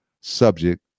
subject